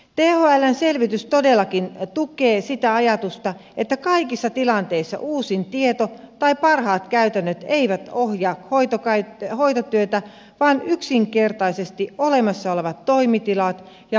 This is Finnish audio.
thln selvitys todellakin tukee sitä ajatusta että kaikissa tilanteissa uusin tieto tai parhaat käytännöt eivät ohjaa hoitotyötä vaan yksinkertaisesti olemassa olevat toimitilat ja vanhat toimintatavat